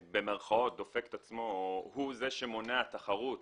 "דופק את עצמו", במירכאות, הוא זה שמונע תחרות